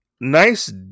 nice